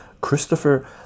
Christopher